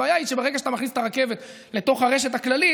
הבעיה היא שברגע שאתה מכניס את הרכבת לתוך הרשת הכללית,